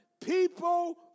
people